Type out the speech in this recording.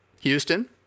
Houston